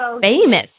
famous